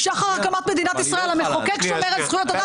משחר הקמת מדינת ישראל המחוקק שומר על זכויות אדם